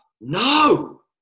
No